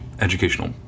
educational